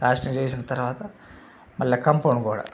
plastering చేసిన తర్వాత మళ్ళా కాంపౌండ్ గోడ